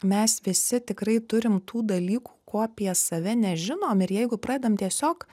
mes visi tikrai turim tų dalykų ko apie save nežinom ir jeigu pradedam tiesiog